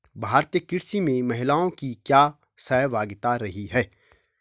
भारतीय कृषि में महिलाओं की क्या सहभागिता रही है?